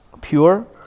pure